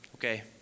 Okay